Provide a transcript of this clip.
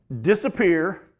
disappear